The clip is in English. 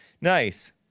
Nice